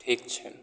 ઠીક છે